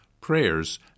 prayers